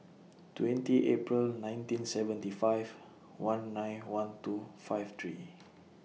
twenty April nineteen seventy five one nine one two five three